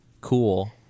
cool